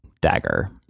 dagger